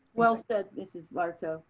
well said mrs. barto.